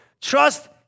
Trust